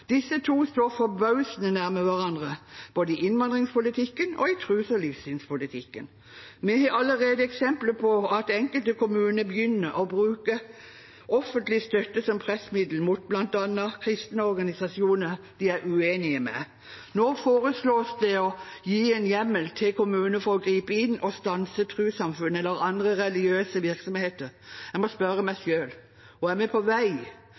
Disse to står forbausende nær hverandre både i innvandringspolitikken og i tros- og livssynspolitikken. Vi har allerede eksempler på at enkelte kommuner begynner å bruke offentlig støtte som pressmiddel mot bl.a. kristne organisasjoner de er uenig med. Nå foreslås det å gi en hjemmel til kommuner for å gripe inn og stanse trossamfunn eller andre religiøse virksomheter. Jeg må spørre meg selv: Hvor er vi på vei?